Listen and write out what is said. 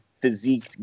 physique